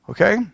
Okay